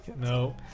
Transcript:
No